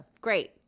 Great